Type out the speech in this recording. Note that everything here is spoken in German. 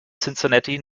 cincinnati